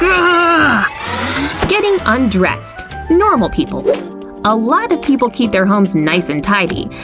ah getting undressed normal people a lot of people keep their homes nice and tidy,